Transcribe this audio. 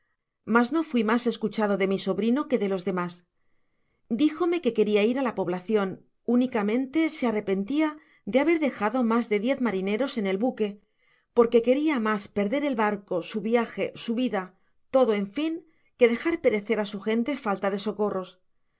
mas no fui mas escuchado de mi sobrino que de los demás dijome que queria ir á la poblacion únicamente se arrepentia de haber dejado mas de diez marineros en el buque porque queria mas perder el barco su viaje su vida todo en fin que dejar perecer á su gente falta de socorros